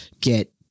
get